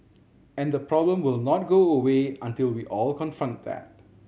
and the problem will not go away until we all confront that